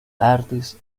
artes